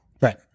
right